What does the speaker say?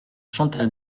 chantal